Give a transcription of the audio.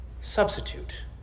substitute